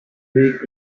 weak